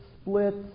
splits